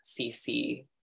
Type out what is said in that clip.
CC